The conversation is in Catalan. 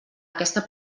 aquesta